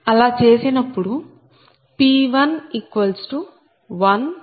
అలా చేసినప్పుడు P11